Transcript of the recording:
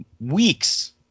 weeks